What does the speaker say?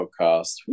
podcast